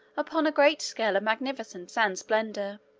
upon a great scale of magnificence and splendor.